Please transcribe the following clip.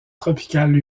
tropicale